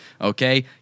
Okay